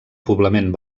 poblament